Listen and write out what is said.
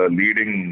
leading